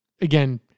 again